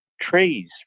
trees